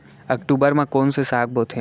अक्टूबर मा कोन से साग बोथे?